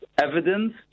evidence